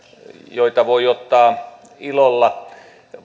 joita voi ottaa ilolla